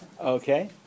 okay